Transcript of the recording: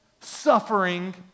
suffering